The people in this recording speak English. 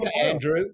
Andrew